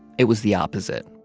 it was the opposite.